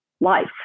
life